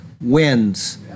wins